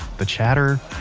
the chatter,